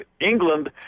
England